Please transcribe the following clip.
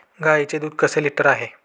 गाईचे दूध कसे लिटर आहे?